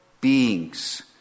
beings